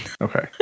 Okay